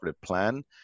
plan